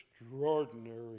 extraordinary